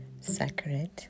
Sacred